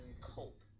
cope